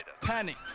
panic